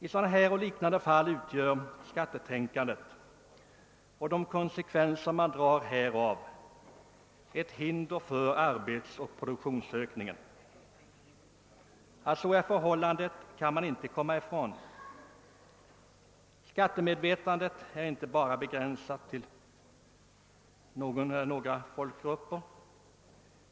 I sådana här och i liknande fall utgör skattetänkandet — och de konsekvenser man drar härav — ett hinder för arbetsoch produktionsökning. Att så är förhållandet kan man inte komma ifrån. Skattemedvetandet är inte begränsat bara till vissa folkgrupper.